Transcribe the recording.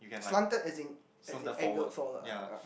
slanted as in as in angled forward ah